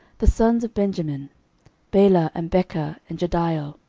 the sons of benjamin bela, and becher, and jediael,